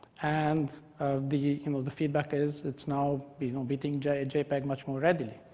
and um the you know the feedback is it's now beating beating jpeg jpeg much more readily.